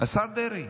השר דרעי,